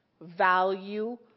value